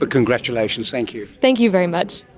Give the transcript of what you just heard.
but congratulations, thank you. thank you very much.